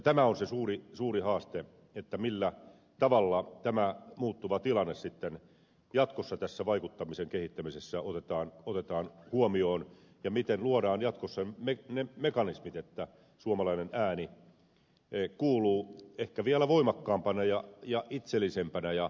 tämä on se suuri haaste millä tavalla tämä muuttuva tilanne jatkossa tässä vaikuttamisen kehittämisessä otetaan huomioon ja miten luodaan jatkossa ne mekanismit että suomalainen ääni kuuluu ehkä vielä voimakkaampana ja itsellisempänä ja itsekkäämpänä